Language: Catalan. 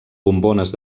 bombones